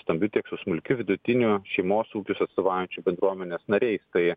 stambiu tiek su smulkiu vidutiniu šeimos ūkius atstovaujančiais bendruomenės nariais tai